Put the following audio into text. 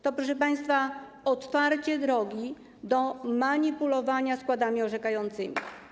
To, proszę państwa, otwarcie drogi do manipulowania składami orzekającymi.